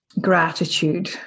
gratitude